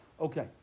Okay